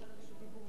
סליחה,